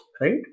right